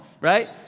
right